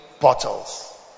bottles